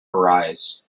arise